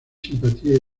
simpatía